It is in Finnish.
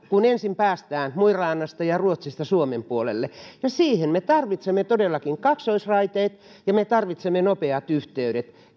kun ensin päästään mo i ranasta ja ruotsista suomen puolelle ja siihen me tarvitsemme todellakin kaksoisraiteet ja me tarvitsemme nopeat yhteydet